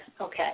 Okay